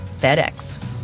FedEx